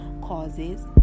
causes